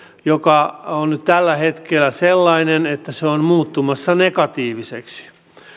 joka on nyt tällä hetkellä sellainen että se on muuttumassa negatiiviseksi